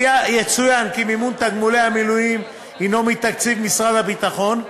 יצוין כי מימון תגמולי המילואים הנו מתקציב משרד הביטחון,